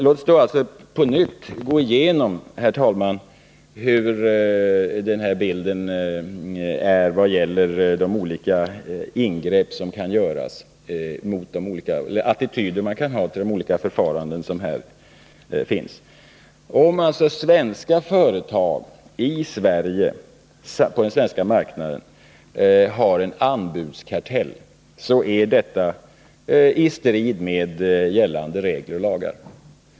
Låt oss på nytt, herr talman, gå igenom de ingrepp som kan göras och de attityder som kan finnas till de olika förfaranden som förekommer. Om svenska företag, i Sverige, på den svenska marknaden, har en anbudskartell är detta i strid med gällande regler och lagar.